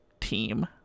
team